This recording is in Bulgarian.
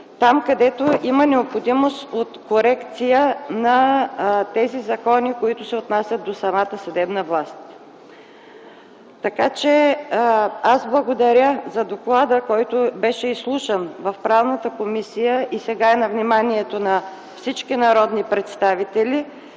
там където има необходимост от корекция на тези закони, които се отнасят до самата съдебна власт. Аз благодаря за доклада, който беше изслушан в Правната комисия и сега е на вниманието на всички народни представители,